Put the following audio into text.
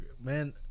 Man